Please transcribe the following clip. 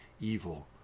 evil